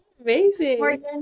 Amazing